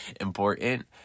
important